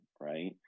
right